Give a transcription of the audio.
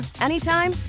anytime